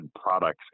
products